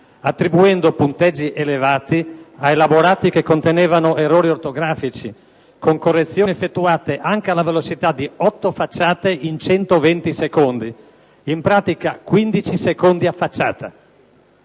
attribuendo punteggi elevati a elaborati che contenevano errori ortografici, con correzioni effettuate anche alla velocità di otto facciate in 120 secondi, in pratica 15 secondi a facciata.